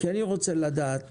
אני רוצה לדעת